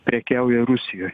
prekiauja rusijoj